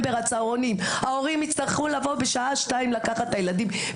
הגענו למצב שכ-17 ילדים חלו בדיזנטריה ביום השביעי ללימודים,